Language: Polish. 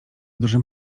dużym